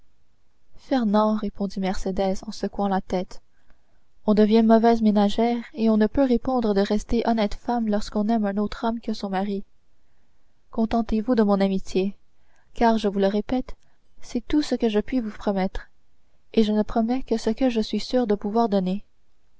répondit mercédès en secouant la tête on devient mauvaise ménagère et on ne peut répondre de rester honnête femme lorsqu'on aime un autre homme que son mari contentez-vous de mon amitié car je vous le répète c'est tout ce que je puis vous promettre et je ne promets que ce que je suis sûre de pouvoir donner